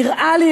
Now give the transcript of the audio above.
נראה לי,